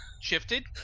shifted